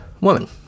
woman